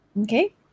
okay